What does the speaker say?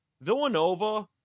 Villanova